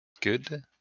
Good